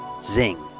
Zing